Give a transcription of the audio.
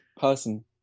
person